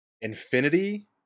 Infinity